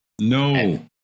No